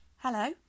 Hello